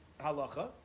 halacha